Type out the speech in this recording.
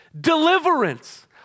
deliverance